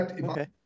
okay